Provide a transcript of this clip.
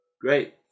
Great